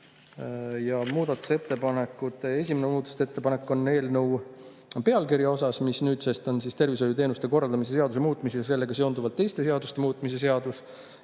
muudatusettepanekuid. Esimene muudatusettepanek on eelnõu pealkirja kohta, mis nüüdsest on "Tervishoiuteenuste korraldamise seaduse muutmise ja sellega seonduvalt teiste seaduste muutmise seadus".